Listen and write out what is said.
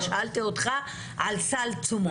שאלתי אותך על סל תשומות.